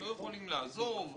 לא יכולים לעזוב,